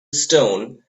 stone